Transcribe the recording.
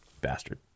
bastard